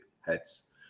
heads